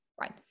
right